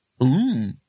Mmm